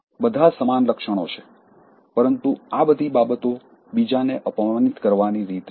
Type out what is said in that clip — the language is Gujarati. બધા સમાન લક્ષણો છે પરંતુ આ બધી બાબતો બીજાને અપમાનિત કરવાની રીત છે